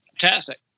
Fantastic